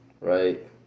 right